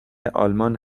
آلمان